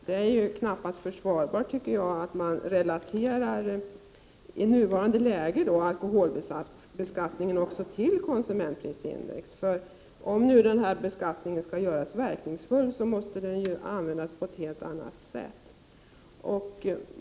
Det är knappast försvarbart att man i nuvarande läge relaterar alkoholbeskattningen till konsumentprisindex. Om nu beskattningen skall göras verkningsfull, måste den användas på ett helt annat sätt.